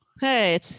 Hey